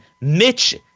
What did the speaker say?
Mitch